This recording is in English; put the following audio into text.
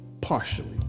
partially